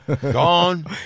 Gone